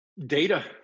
Data